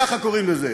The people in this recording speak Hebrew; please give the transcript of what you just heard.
ככה קוראים לזה.